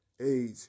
age